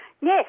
Yes